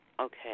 okay